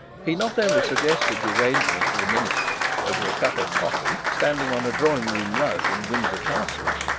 he not only suggested the arrangement to the minister over a cup of coffee, standing on a drawing-room rug in windsor castle,